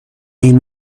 این